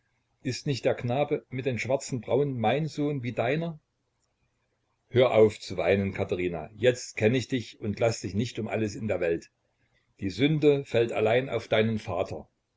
ist nicht der knabe mit den schwarzen brauen mein sohn wie deiner hör auf zu weinen katherina jetzt kenn ich dich und lass dich nicht um alles in der welt die sünde fällt allein auf deinen vater